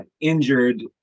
injured